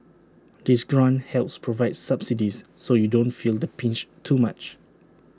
this grant helps provide subsidies so you don't feel the pinch too much